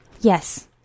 yes